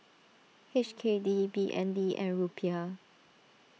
H K D B N D and Rupiah